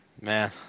man